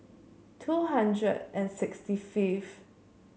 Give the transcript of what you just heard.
two hundred and sixty fifth